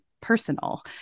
personal